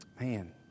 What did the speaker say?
man